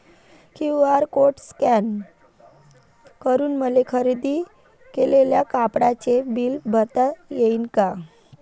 QR code scan करून मले खरेदी केलेल्या कापडाचे बिल भरता यीन का?